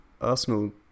Arsenal